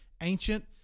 ancient